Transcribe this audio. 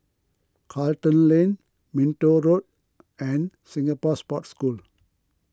Charlton Lane Minto Road and Singapore Sports School